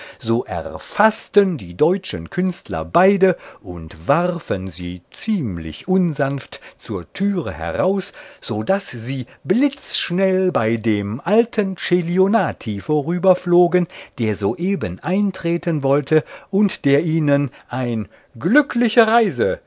so erfaßten die deutschen künstler beide und warfen sie ziemlich unsanft zur türe her aus so daß sie blitzschnell bei dem alten celionati vorüberflogen der soeben eintreten wollte und der ihnen ein glückliche reise